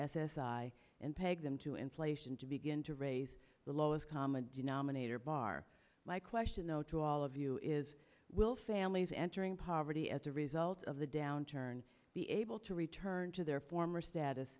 i and peg them to inflation to begin to raise the lowest common denominator bar my question though to all of you is will families entering poverty as a result of the downturn be able to return to their former status